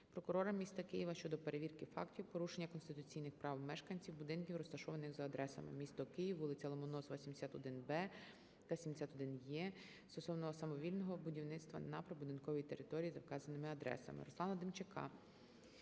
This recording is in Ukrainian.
прокурора міста Києва щодо перевірки фактів порушення конституційних прав мешканців будинків, розташованих за адресами: місто Київ, вулиця Ломоносова 71-Б та 71-Е, стосовно самовільного будівництва на прибудинковій території за вказаними адресами.